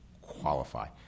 qualify